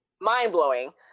mind-blowing